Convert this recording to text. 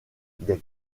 des